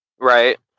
Right